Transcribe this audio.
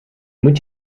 moet